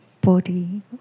body